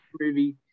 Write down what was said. movie